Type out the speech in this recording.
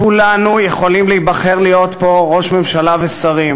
כולנו יכולים להיבחר להיות פה ראש ממשלה ושרים